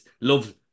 love